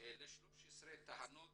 ל-13 תחנות